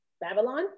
Babylon